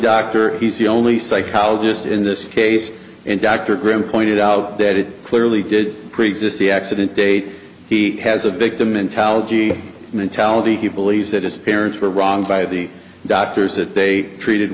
doctor he's the only psychologist in this case and dr graham pointed out that it clearly did create this the accident date he has a victim mentality mentality he believes that his parents were wronged by the doctors that they treated